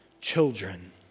children